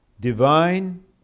divine